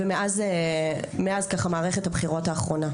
ומאז מערכת הבחירות האחרונה.